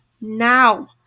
Now